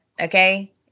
okay